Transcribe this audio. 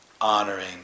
honoring